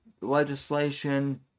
legislation